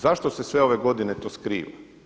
Zašto se sve ove godine skriva?